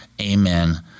Amen